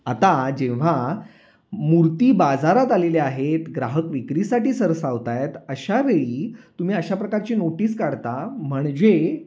आता जेव्हा मूर्ती बाजारात आलेल्या आहेत ग्राहक विक्रीसाठी सरसावत आहेत अशावेळी तुम्ही अशा प्रकारची नोटीस काढता म्हणजे